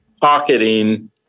pocketing